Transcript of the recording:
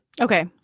okay